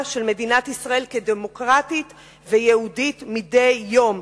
של מדינת ישראל כדמוקרטית ויהודית מדי יום.